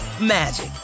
magic